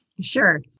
Sure